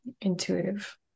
intuitive